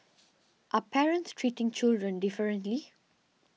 are parents treating children differently